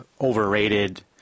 overrated